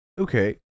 Okay